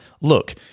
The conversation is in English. look